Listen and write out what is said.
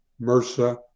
MRSA